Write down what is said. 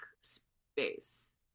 space